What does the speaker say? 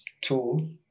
tool